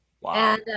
Wow